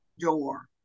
door